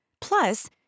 Plus